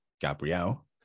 Gabriel